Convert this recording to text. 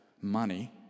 money